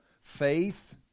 faith